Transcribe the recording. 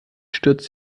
stürzt